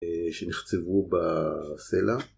שנחצבו בסלע.